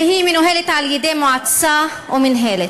והיא מנוהלת על-ידי מועצה או מינהלת.